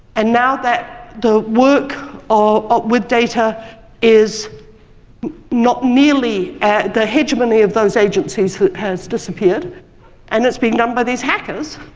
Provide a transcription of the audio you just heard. and now that the work ah ah with data is not nearly at the hedge money of those agencies has disappeared and it's being done by these hackers.